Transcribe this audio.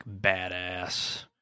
badass